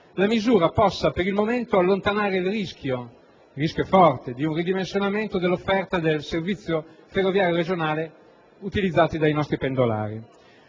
la misura possa per il momento allontanare il forte rischio di un ridimensionamento dell'offerta del servizio ferroviario regionale utilizzato dai nostri pendolari.